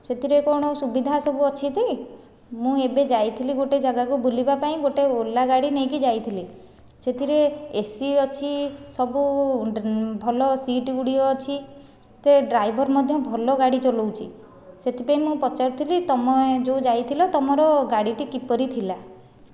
ସେଥିରେ କ'ଣ ସୁବିଧା ସବୁ ଅଛି ତି ମୁଁ ଏବେ ଯାଇଥିଲି ଗୋଟିଏ ଯାଗାକୁ ବୁଲିବା ପାଇଁ ଗୋଟିଏ ଓଲା ଗାଡ଼ି ନେଇକି ଯାଇଥିଲି ସେଥିରେ ଏସି ଅଛି ସବୁ ଭଲ ସିଟ୍ ଗୁଡ଼ିଏ ଅଛି ସେ ଡ୍ରାଇଭର ମଧ୍ୟ ଭଲ ଗାଡ଼ି ଚଲାଉଛି ସେଥିପାଇଁ ମୁଁ ପଚାରୁଥିଲି ତୁମେ ଯେଉଁ ଯାଇଥିଲ ତୁମର ଗାଡ଼ିଟି କିପରି ଥିଲା